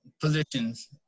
positions